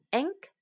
ink